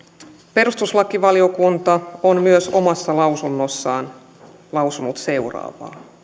perustuslakivaliokunta on myös omassa lausunnossaan lausunut seuraavaa